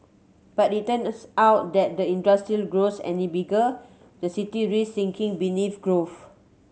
but it turns out that the industry grows any bigger the city risks sinking beneath ground